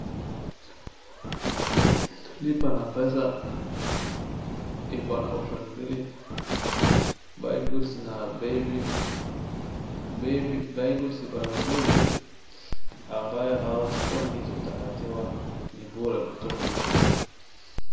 Lipa na mpesa iko na option mbili, buy goods na paybill . Buy goods iko na uzuri ambayo hutakua na kitu utakatwa ni bure kutuma kitu.